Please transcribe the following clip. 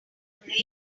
great